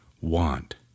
want